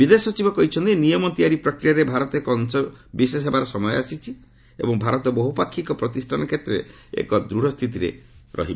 ବିଦେଶ ସଚିବ କହିଛନ୍ତି ଯେ ନିୟମ ତିଆରି ପ୍ରକ୍ରିୟାରେ ଭାରତ ଏକ ଅଂଶ ବିଶେଷ ହେବାର ସମୟ ଆସିଛି ଏବଂ ଭାରତ ବହୁ ପାକ୍ଷିକ ପ୍ରତିଷ୍ଠାନ କ୍ଷେତ୍ରରେ ଏକ ଦୃଢ଼ ସ୍ଥିତିରେ ରହିବ